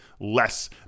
less